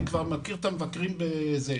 אני כבר מכיר את המבקרים אישית.